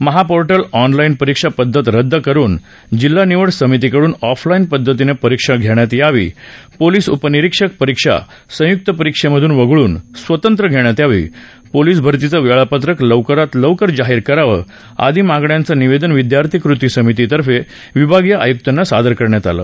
MahaPortal online परीक्षा पध्दती रद्द करून जिल्हा निवड समितीकडून ऑफलाईन पध्दतीनं परीक्षा धेण्यात यावी पोलिस उपनिरिक्षक परिक्षा संयुक्त परीक्षेमधून वगळून स्वतंत्र घेण्यात यावी पोलिस भरतीचं वेळापत्रक लवकरात लवकर जाहीर करावं आदी मागण्यांचं निवेदन विद्यार्थी कृती समितीतर्फे विभागीय आयुक्तांना सादर करण्यात आलं